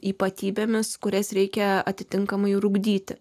ypatybėmis kurias reikia atitinkamai ir ugdyti